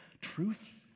truth